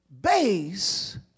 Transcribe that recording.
base